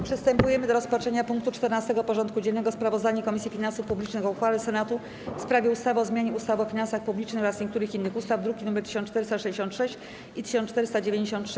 Przystępujemy do rozpatrzenia punktu 14. porządku dziennego: Sprawozdanie Komisji Finansów Publicznych o uchwale Senatu w sprawie ustawy o zmianie ustawy o finansach publicznych oraz niektórych innych ustaw (druki nr 1466 i 1493)